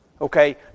Okay